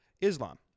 Islam